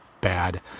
bad